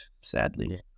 Sadly